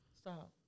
Stop